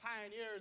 pioneers